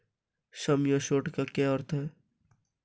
सम assured का क्या अर्थ है?